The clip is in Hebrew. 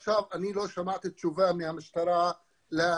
יש מקרים שבהם קורה אירוע מסוים ואז במקום שהסכסוך יישאר